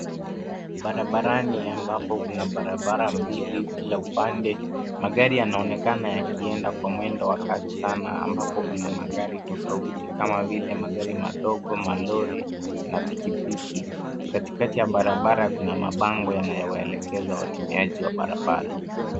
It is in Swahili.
Barabarani ambapo kuna barabara mbili kila upande. Magari yanaonekana yakiwa yakienda kwa mwendo wa kasi sana ambapo kuna magari tofauti kama vile magari madogo, malori na pikipiki. Katikati ya barabara kuna mabango yanayowaelekeza watumiaji wa barabara.